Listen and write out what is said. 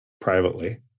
privately